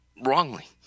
wrongly